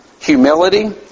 Humility